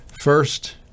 first